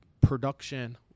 Production